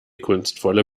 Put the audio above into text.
kunstvolle